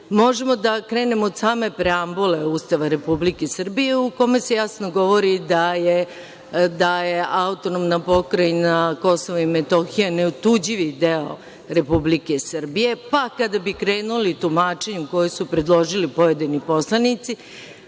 je. Možemo da krenemo od same preambule Ustava Republike Srbije, u kome se jasno govori da je AP Kosovo i Metohija neotuđivi deo Republike Srbije, pa kada bi krenuli tumačenje koje su predložili pojedini poslanici,